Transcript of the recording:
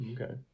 Okay